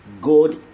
God